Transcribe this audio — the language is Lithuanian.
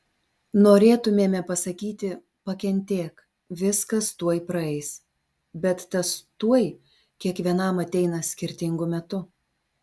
norėtumėme pasakyti pakentėk viskas tuoj praeis bet tas tuoj kiekvienam ateina skirtingu metu